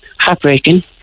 Heartbreaking